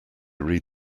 read